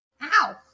Ow